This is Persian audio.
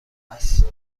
است